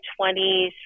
20s